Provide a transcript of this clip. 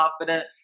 confident